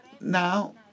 now